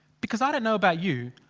because i don't know about you.